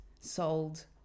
sold